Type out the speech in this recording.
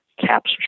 Caps